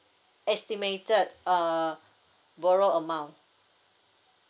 estimated uh borrow amount